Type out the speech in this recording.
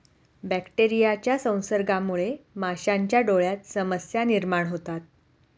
बॅक्टेरियाच्या संसर्गामुळे माशांच्या डोळ्यांत समस्या निर्माण होतात